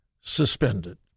suspended